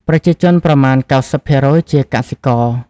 ប្រជាជនប្រមាណ ៩០% ជាកសិករ។